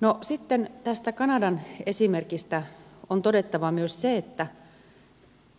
no sitten tästä kanadan esimerkistä on todettava myös se että